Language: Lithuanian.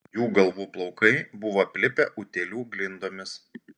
jų galvų plaukai buvo aplipę utėlių glindomis